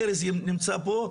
ארז נמצא פה,